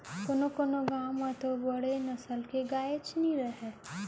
कोनों कोनों गॉँव म तो बड़े नसल के गायेच नइ रहय